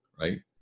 right